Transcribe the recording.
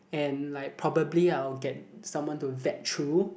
and like probably I'll get someone to vet through